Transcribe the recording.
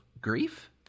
grief